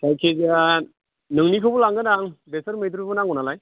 जायखिजाया नोंनिखौबो लांगोन आं बेसर मैद्रुबो नांगौ नालाय